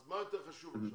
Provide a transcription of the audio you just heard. אז מה יותר חשוב עכשיו?